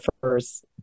first